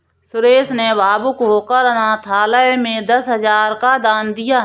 सुरेश ने भावुक होकर अनाथालय में दस हजार का दान दिया